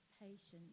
patience